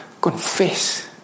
confess